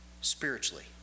spiritually